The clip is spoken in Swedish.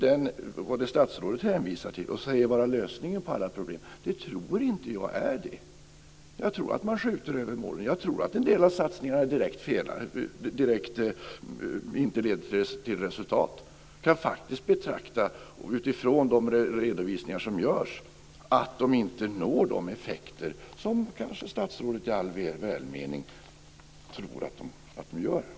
Det som statsrådet hänvisar till och säger vara lösningen på alla problem, det tror jag inte är det. Jag tror att man skjuter över målen. Jag tror att en del av satsningarna inte leder till resultat. Utifrån de redovisningar som görs kan man betrakta att de inte når de effekter som statsrådet i all välmening kanske tror att de gör.